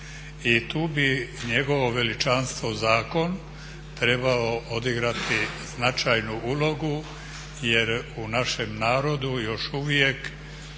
I tu bi njegovo veličanstvo zakon trebao odigrati značajnu ulogu jer u našem narodu još uvijek